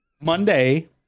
Monday